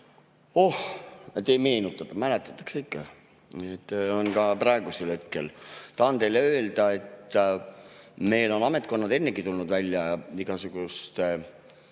oh, et ei meenu. Mäletatakse ikka, seda on ka praegusel hetkel. Tahan teile öelda, et meil on ametkonnad ennegi tulnud välja igasuguste